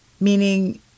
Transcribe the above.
meaning